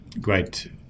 great